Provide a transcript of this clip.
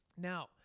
Now